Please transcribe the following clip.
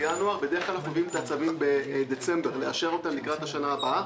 בדרך כלל אנחנו מביאים את הצווים בדצמבר כדי לאשר אותם לקראת השנה הבאה.